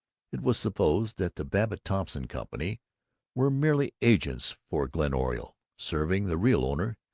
it was supposed that the babbitt-thompson company were merely agents for glen oriole, serving the real owner,